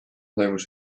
toimus